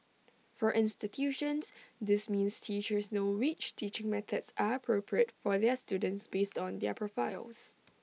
for institutions this means teachers know which teaching methods are appropriate for their students based on their profiles